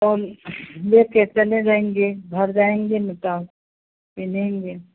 हम लेकर चले जाएँगे घर जाएँगे ना तब पहनेंगे